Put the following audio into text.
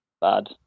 bad